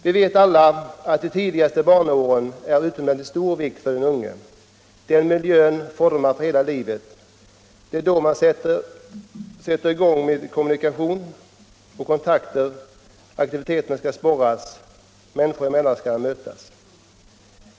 Vi vet alla att de tidigaste barnaåren är av utomordentligt stor vikt för ett barn. Miljön under denna tid formar för hela livet. Det är då man börjar kommunicera och ta kontakter, det är då aktiviteter skall sporras och människor skall mötas.